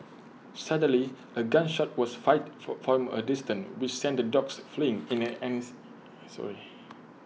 suddenly A gun shot was fired for from A distance which sent the dogs fleeing in an sorry